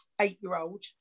eight-year-old